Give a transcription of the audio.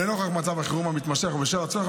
לנוכח מצב החירום המתמשך ובשל הצורך